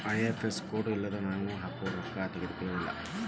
IFSC code ಇಲ್ಲನ್ದ್ರ ನಾವ್ ಹಾಕೊ ರೊಕ್ಕಾ ತೊಗೊಳಗಿಲ್ಲಾ